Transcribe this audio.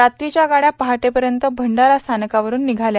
रात्रीच्या गाडया पहाटेपर्यत भंडारा स्थानकावरून निघाल्या